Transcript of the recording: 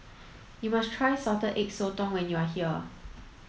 you must try salted egg sotong when you are here